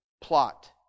plot